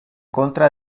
contra